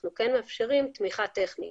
אנחנו כן מאפשרים תמיכה טכנית.